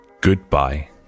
Goodbye